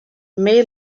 may